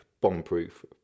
bomb-proof